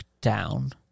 down